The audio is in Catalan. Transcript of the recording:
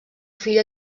fill